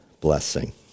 blessing